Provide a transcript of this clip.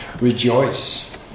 rejoice